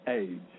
age